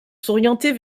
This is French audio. s’orienter